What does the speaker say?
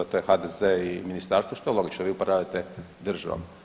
To je HDZ i ministarstvo što je logično, vi upravljate državom.